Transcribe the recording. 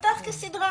כסדרה.